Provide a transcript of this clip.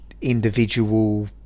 individual